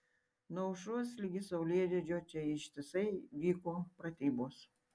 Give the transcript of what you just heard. nuo aušros ligi saulėlydžio čia ištisai vyko pratybos